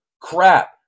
crap